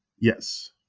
Yes